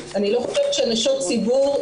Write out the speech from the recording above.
אני לא חושבת שנשות ציבור,